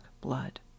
blood